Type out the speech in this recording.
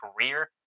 career